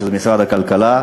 שזה משרד הכלכלה.